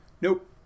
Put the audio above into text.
nope